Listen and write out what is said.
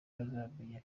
bazamenya